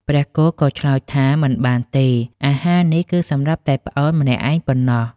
ព្រះគោក៏ឆ្លើយថា មិនបានទេ អាហារនេះគឺសម្រាប់តែប្អូនម្នាក់ឯងប៉ុណ្ណោះ។